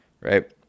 right